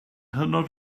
hynod